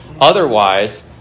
Otherwise